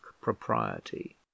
propriety